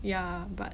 ya but